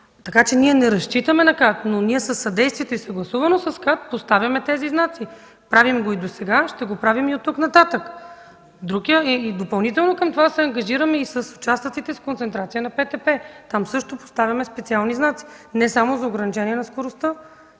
колегите. Ние не разчитаме на КАТ, а със съдействието и съгласувано с КАТ поставяме тези знаци. Правим го и досега, ще го правим и оттук нататък. Допълнително към това се ангажираме и за участъците с концентрация на ПТП. Там имаме специални знаци, не само за ограничение на скоростта.